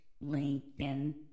Lincoln